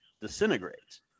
disintegrates